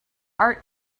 art